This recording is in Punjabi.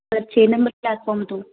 ਸਰ ਛੇ ਨੰਬਰ ਪਲੈਟਫੋਰਮ ਤੋਂ